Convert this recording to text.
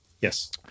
Yes